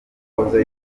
wahoze